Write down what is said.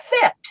fit